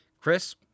Chris